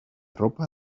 ropa